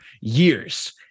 years